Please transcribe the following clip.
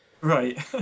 Right